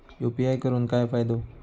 UPI करून काय फायदो?